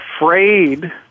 afraid